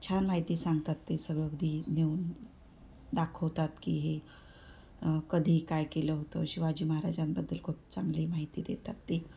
छान माहिती सांगतात ते सगळं अगदी नेऊन दाखवतात की हे कधी काय केलं होतं शिवाजी महाराजांबद्दल खूप चांगली माहिती देतात ते